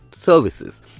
Services